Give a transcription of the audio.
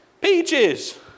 Peaches